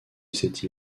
cette